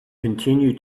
continue